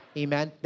amen